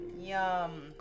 Yum